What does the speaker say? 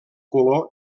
color